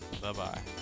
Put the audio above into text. Bye-bye